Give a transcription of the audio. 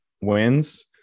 wins